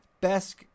best